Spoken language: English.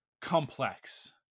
complex